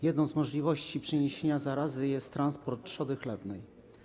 Jedną z możliwości przeniesienia zarazy jest transport trzody chlewnej.